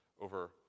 over